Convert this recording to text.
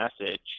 message